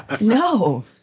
No